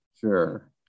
Sure